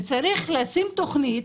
צריך לשים תוכנית